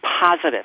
positive